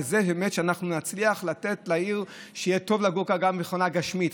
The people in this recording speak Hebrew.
בזה שאנחנו נצליח לתת לעיר שיהיה טוב לגור בה גם מבחינה גשמית.